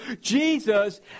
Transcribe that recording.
Jesus